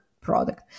product